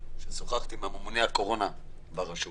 שוחחתי עם הממונה על הקורונה ברשות,